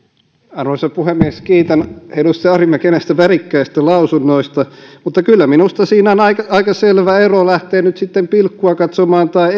arvoisa puhemies kiitän edustaja arhinmäkeä näistä värikkäistä lausunnoista mutta kyllä minusta siinä on aika selvä ero lähteä nyt sitten pilkkua katsomaan tai